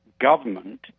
government